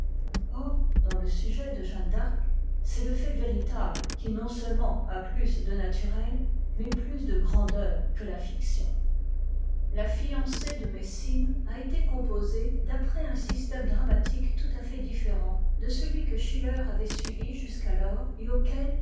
or dans le sujet de jeanne d'arc c'est le fait véritable qui non seutement a plus de naturel mais plus de grandeur que la fiction la fiancée de messine a été composée d'après un système dramatique tout à fait différent de celui que schiller avait suivi jusqu'alors et auquel